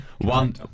one